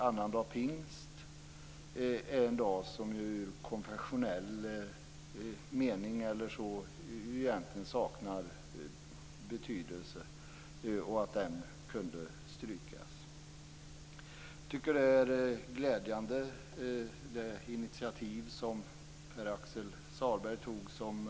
Annandag pingst saknar egentligen betydelse i konfessionell mening och skulle kunna strykas. Jag tycker att det initiativ som Pär-Axel Sahlberg tog är glädjande.